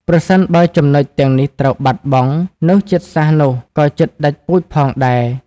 ប្រសិនបើចំណុចទាំងនេះត្រូវបាត់បង់ នោះជាតិសាសន៍នោះក៏ជិតដាច់ពូជផងដែរ។